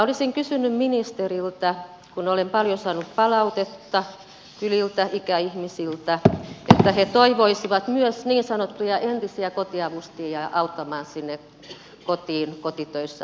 olisin kysynyt ministeriltä kun olen paljon saanut palautetta kyliltä ikäihmisiltä että he toivoisivat myös niin sanottuja entisiä kotiavustajia auttamaan sinne kotiin kotitöissä